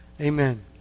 Amen